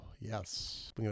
yes